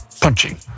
punching